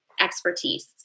expertise